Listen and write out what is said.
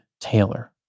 Taylor